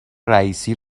رییسی